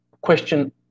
question